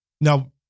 Now